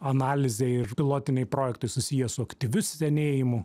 analizę ir pilotiniai projektai susiję su aktyviu senėjimu